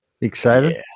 Excited